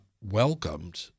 welcomed